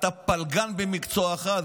אתה פלגן במקצועך.